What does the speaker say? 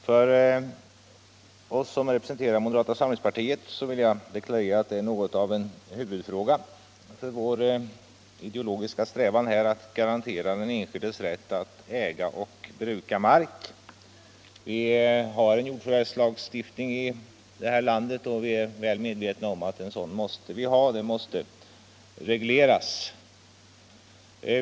Herr talman! För oss som representerar moderata samlingspartiet är det något av en huvudfråga i vår ideologiska strävan att garantera den enskildes rätt att äga och bruka mark. Det finns ju en jordförvärvslagstiftning här i landet, och vi är också väl medvetna om att förvärvet av jord måste regleras.